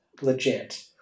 Legit